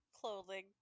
clothing